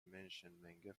menschenmenge